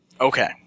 Okay